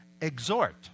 Exhort